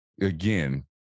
again